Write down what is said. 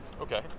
Okay